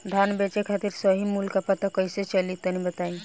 धान बेचे खातिर सही मूल्य का पता कैसे चली तनी बताई?